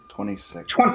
Twenty-six